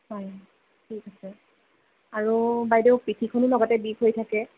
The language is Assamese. হয় ঠিক আছে আৰু বাইদেউ পিঠিখনো লগতে বিষ হৈ থাকে